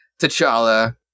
T'Challa